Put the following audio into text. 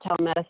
telemedicine